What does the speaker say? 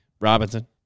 Robinson